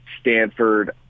Stanford